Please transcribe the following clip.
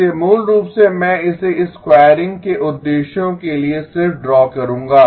इसलिए मूल रूप से मैं इसे स्क्वायरिंग के उद्देश्यों के लिए सिर्फ ड्रा करूंगा